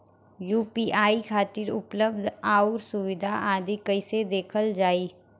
UPI खातिर उपलब्ध आउर सुविधा आदि कइसे देखल जाइ?